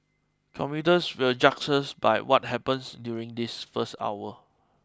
commuters will judge us by what happens during this first hour